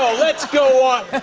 let's go on.